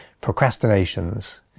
procrastinations